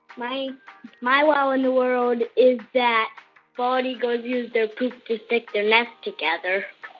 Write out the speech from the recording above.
my my wow in the world is that bald eagles use their poop to stick their nests together